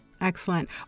Excellent